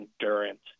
endurance